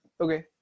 Okay